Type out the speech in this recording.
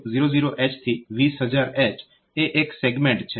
તો આ 00000H થી 20000H એ એક સેગમેન્ટ છે